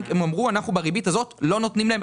מה שהביא למצב שאמרו להם: אנחנו בריבית הזאת לא נותנים להם,